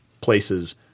places –